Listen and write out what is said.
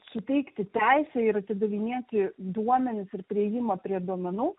suteikti teisę ir atidavinėti duomenis ir priėjimą prie duomenų